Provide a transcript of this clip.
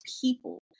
people